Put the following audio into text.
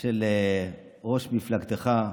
של ראש מפלגתך.